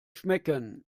schmecken